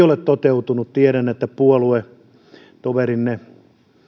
ole toteutunut tiedän että puoluetoverinne